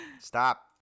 Stop